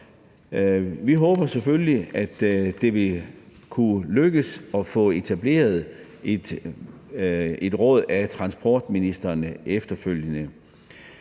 Vi håber selvfølgelig, at det vil kunne lykkes at få etableret et råd med transportministrene efterfølgende.